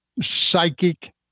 psychic